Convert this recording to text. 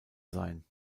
sein